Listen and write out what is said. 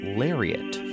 lariat